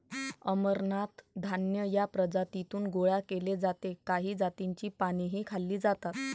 अमरनाथ धान्य या प्रजातीतून गोळा केले जाते काही जातींची पानेही खाल्ली जातात